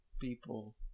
people